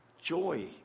joy